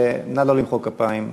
נא לא למחוא כפיים באולם.